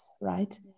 right